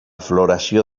floració